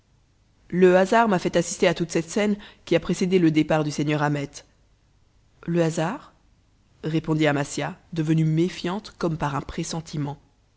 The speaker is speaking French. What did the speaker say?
le hasard m'a fait assister à toute cette scène qui a précédé le départ du seigneur ahmet le hasard répondit amasia devenue méfiante comme par un pressentiment